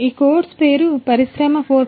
ఈ ఈ కోర్సు పేరు పరిశ్రమ 4